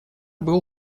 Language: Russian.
был